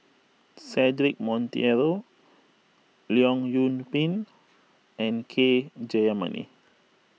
Cedric Monteiro Leong Yoon Pin and K Jayamani